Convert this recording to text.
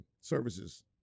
Services